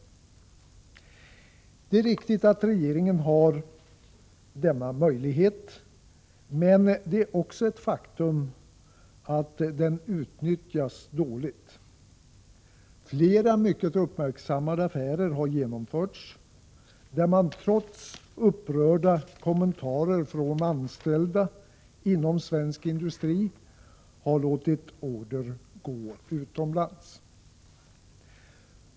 Det är riktigt att regeringen har denna möjlighet, men det är också ett faktum att den utnyttjas dåligt. Flera mycket uppmärksammade affärer har genomförts, och trots upprörda kommentarer från anställda inom svensk industri har man i de fallen låtit order gå utomlands.